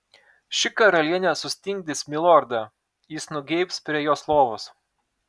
ši karalienė sustingdys milordą jis nugeibs prie jos lovos